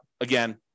again